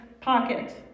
pocket